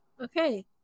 Okay